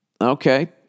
Okay